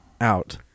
out